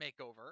makeover